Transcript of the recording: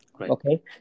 Okay